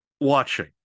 watching